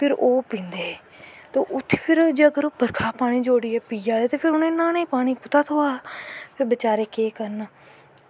फिर ओह् पींदे ते उत्थें जे कर ओह् बर्खा दा पानी पिया दे ते फिर उनेंगी न्हानें गी पानी कुत्थां दा थ्होआ दा फिर बचैरे केह् करन